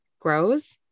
grows